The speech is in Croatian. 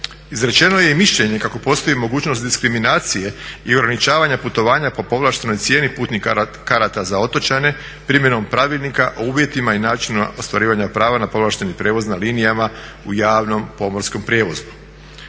Izrečeno je mišljenje kako postoji mogućnost diskriminacije i ograničavanja putovanja po povlaštenoj cijeni putnika karata za otočane primjenom Pravilnika o uvjetima i načinu ostvarivanja prava na povlašteni prijevoz na linijama u javnom pomorskom prijevozu.